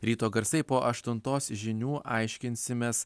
ryto garsai po aštuntos žinių aiškinsimės